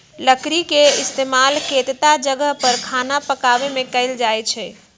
लकरी के इस्तेमाल केतता जगह पर खाना पकावे मे कएल जाई छई